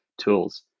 tools